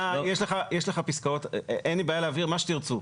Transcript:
אין לי בעיה להבהיר מה שתרצו.